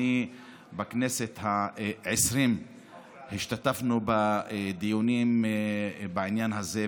בכנסת העשרים השתתפנו בדיונים בעניין הזה,